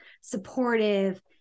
supportive